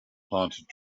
planted